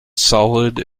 solid